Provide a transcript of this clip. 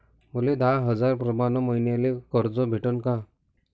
मले दहा हजार प्रमाण मईन्याले कर्ज भेटन का?